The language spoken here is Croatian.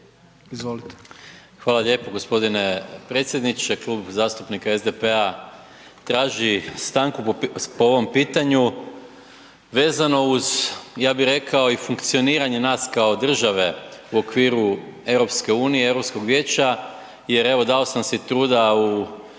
(SDP)** Hvala lijepo gospodine predsjedniče. Klub zastupnika SDP-a traži stanku po ovom pitanju vezano uz ja bi rekao i funkcioniranje nas kao države u okviru EU, Europskog vijeća jer evo dao sam si truda u